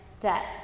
depth